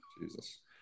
Jesus